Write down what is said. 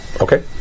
okay